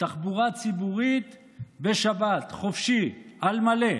תחבורה ציבורית בשבת, חופשי, על מלא.